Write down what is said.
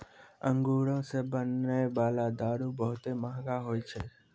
अंगूरो से बनै बाला दारू बहुते मंहगा होय छै